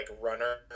runner